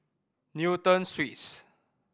Newton Suites